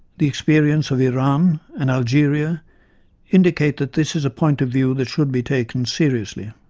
the experience of iran and algeria indicate that this is a point of view that should be taken seriously.